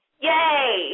Yay